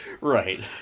Right